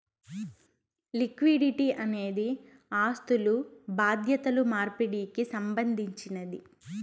liquidity అనేది ఆస్థులు బాధ్యతలు మార్పిడికి సంబంధించినది